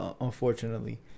Unfortunately